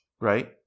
right